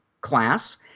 class